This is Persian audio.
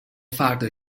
فردا